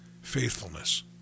faithfulness